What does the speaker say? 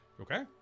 okay